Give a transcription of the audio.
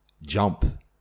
jump